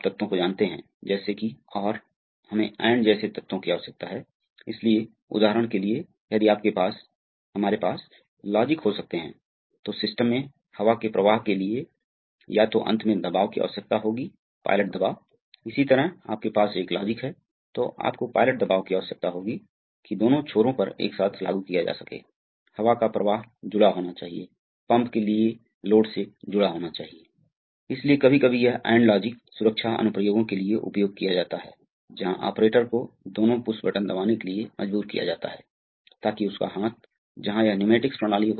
तो यह वही है जो यहां दिखाया जा रहा है अतः आप फिर से पहले घटकों की पहचान करें अतः आप कहते हैं कि A पंप यह B रिलीफ वाल्व है यह C दिशात्मक वाल्व है और यह D एक सिलेंडर है अब देखें कि हमने सिलेंडर रॉड को थोड़ा मोटा खींचा है बस यह सुनिश्चित करने के लिए कि रॉड क्षेत्र सिलेंडर पिस्टन क्षेत्र के लिए नगण्य नहीं है यह पिस्टन क्षेत्र A है और यह रॉड क्षेत्र a मान लिया गया है